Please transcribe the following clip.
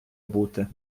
бути